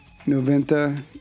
Noventa